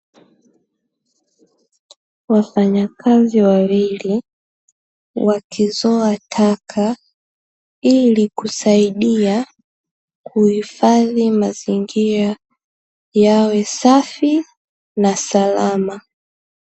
Wafanyakazi wawili, wakizoa taka ili kusaidia kuhifadhi mazingira yawe safi na salama.